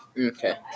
Okay